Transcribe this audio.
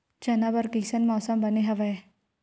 चना बर कइसन मौसम बने हवय?